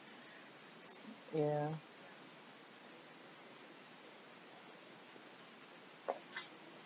s~ yeah